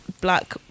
black